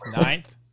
ninth